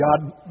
God